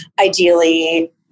ideally